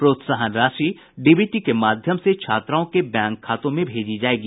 प्रोत्साहन राशि डीबीटी के माध्यम से छात्राओं के बैंक खातों में भेजी जायेगी